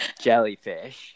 jellyfish